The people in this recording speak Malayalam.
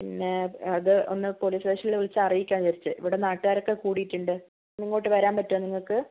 പിന്നെ അത് ഒന്ന് പോലിസ് സ്റ്റേഷനില് വിളിച്ചു അറിയിക്കാമെന്ന് വിചാരിച്ചു ഇവിടെ നാട്ടുകാരൊക്കെ കൂടിയിട്ടുണ്ട് ഒന്നിങ്ങോട്ട് വരാൻ പറ്റുമോ നിങ്ങൾക്ക്